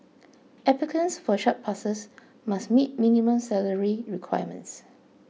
applicants for such passes must meet minimum salary requirements